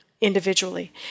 individually